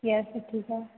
yes ठीक है